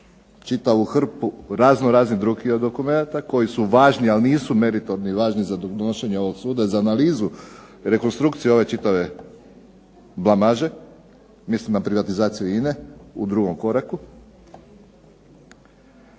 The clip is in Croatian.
čitavu hrpu raznoraznih drugih dokumenata koji su važni, ali su meritorni, važni za donošenje ovog suda, za analizu rekonstrukcije ove čitave blamaže. Mislim na privatizaciju INA-e u drugom koraku.